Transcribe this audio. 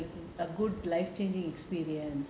a good life changing experience